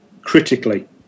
critically